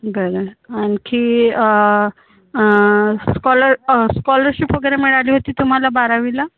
बरं आणखी scholar scholarship वगैरे मिळाली होती तुम्हाला बारावीला